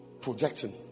projecting